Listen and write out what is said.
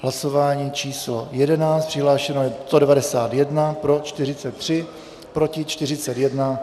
Hlasování číslo 11, přihlášeno je 191, pro 43, proti 41.